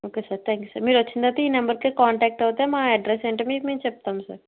okay sir thank you sir మీరొచ్చిన తర్వాత ఈ నంబర్కి కాంటాక్ట్ అవుతే మా అడ్రస్ ఏంటో మీకు మేం చెప్తాం సార్